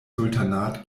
sultanat